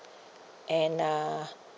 and uh